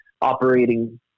operating